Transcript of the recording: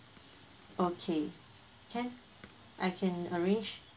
okay can I can arrange